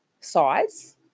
size